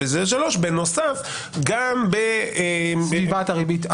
ובנוסף גם ב -- סביבת הריבית,